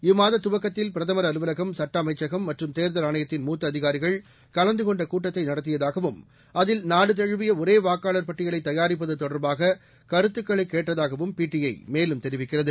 இம்மாத துவக்கத்தில் பிரதமர் அலுவலகம் சட்ட அமைச்சகம் மற்றும் தேர்தல் ஆணையத்தின் மூத்த அதிகாரிகள் கலந்து கொண்ட கூட்டத்தை நடத்தியதாகவும் அதில் நாடு தழுவிய ஒரே வாக்காளர் பட்டியலை தயாரிப்பது தொடர்பாக கருத்துக்களை கேட்டதாகவும் பிடிஐ மேலும் தெரிவிக்கிறது